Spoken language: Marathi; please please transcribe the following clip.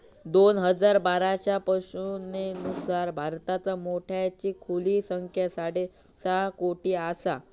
दोन हजार बाराच्या पशुगणनेनुसार भारतात मेंढ्यांची खुली संख्या साडेसहा कोटी आसा